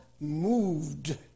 moved